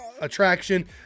attraction